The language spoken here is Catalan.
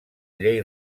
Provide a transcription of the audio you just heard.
llei